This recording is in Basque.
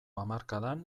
hamarkadan